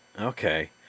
Okay